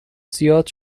زیاد